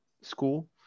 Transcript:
school